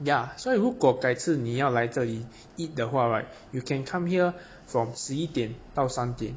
ya 所以如果改次你要来这里 eat 的话 right you can come here from 十一点到三点